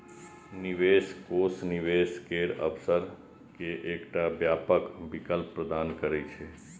निवेश कोष निवेश केर अवसर के एकटा व्यापक विकल्प प्रदान करै छै